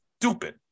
stupid